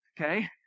okay